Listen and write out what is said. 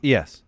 Yes